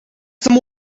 some